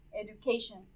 education